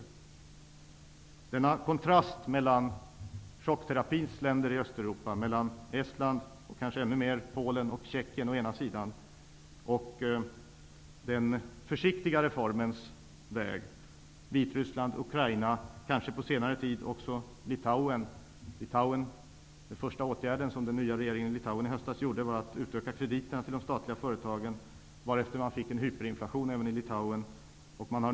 Det finns alltså en kontrast mellan chockterapins länder i Östeuropa, dvs. mellan Estland och, kanske ännu mer, Polen och Tjeckien å ena sidan och den försiktiga reformens väg å andra sidan, dvs. Vitryssland, Ukraina och, kanske på senare tid, Litauen. Den första åtgärden för Litauens nya regering i höstas var att utöka krediterna till de statliga företagen, varefter man fick en hyperinflation även i Litauen.